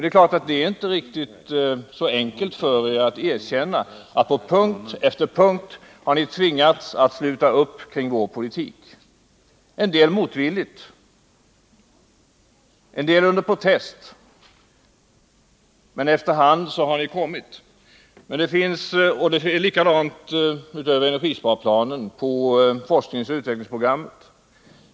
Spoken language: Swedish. Det är klart att det inte är så enkelt för er att erkänna, att ni på punkt efter punkt har tvingats sluta upp kring vår politik. En del har kommit motvilligt, en del under protest, men efter hand har ni kommit i vår riktning. Det är likadant, utöver energiplanen, i fråga om forskningsoch utvecklingsprogrammet.